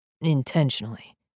Intentionally